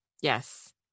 Yes